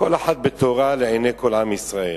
"כל אחת בתורה לעיני כל עם ישראל."